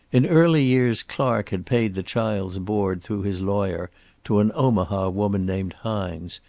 in early years clark had paid the child's board through his lawyer to an omaha woman named hines,